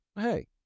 Hey